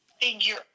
figure